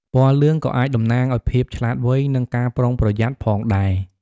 ពណ៌លឿងក៏អាចតំណាងឱ្យភាពឆ្លាតវៃ និងការប្រុងប្រយ័ត្នផងដែរ។